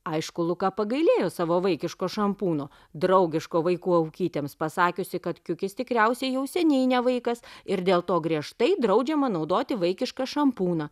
aišku luką pagailėjo savo vaikiško šampūno draugiško vaikų aukytėms pasakiusi kad kiukis tikriausiai jau seniai ne vaikas ir dėl to griežtai draudžiama naudoti vaikišką šampūną